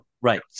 Right